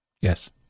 Yes